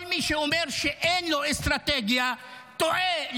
כל מי שאומר שאין לו אסטרטגיה, טועה.